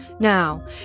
Now